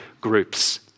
groups